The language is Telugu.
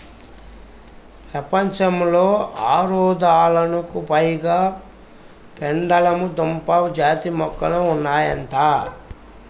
ప్రపంచంలో ఆరొందలకు పైగా పెండలము దుంప జాతి మొక్కలు ఉన్నాయంట